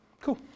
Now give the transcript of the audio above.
Cool